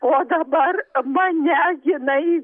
o dabar mane jinai